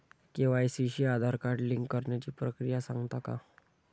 KYC शी Aadhaar card link करण्याची प्रक्रिया सांगता का?